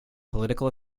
political